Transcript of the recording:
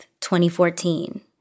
2014